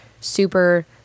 super